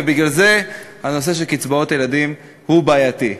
ובגלל זה הנושא של קצבאות הילדים הוא בעייתי".